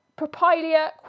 Propylia